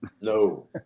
No